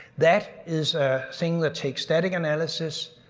that is a thing that takes static analysis,